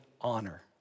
honor